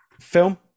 Film